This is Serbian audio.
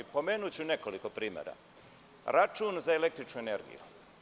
Pomenuću nekoliko primera - račun za električnu energiju.